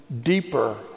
deeper